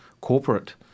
corporate